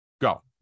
go